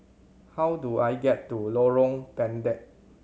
how do I get to Lorong Pendek